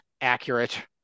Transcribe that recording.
accurate